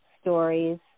stories